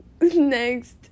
Next